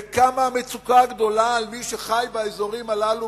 וכמה המצוקה גדולה אצל מי שחי באזורים הללו,